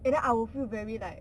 and then I will feel very like